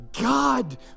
God